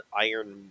iron